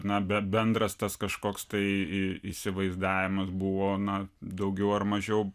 na be bendras tas kažkoks tai įsivaizdavimas buvo na daugiau ar mažiau